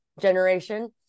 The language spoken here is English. Generation